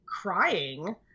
crying